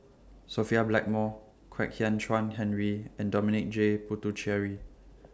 Sophia Blackmore Kwek Hian Chuan Henry and Dominic J Puthucheary